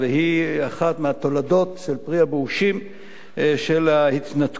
היא אחת התולדות של פרי הבאושים של ההתנתקות,